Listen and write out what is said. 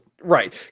Right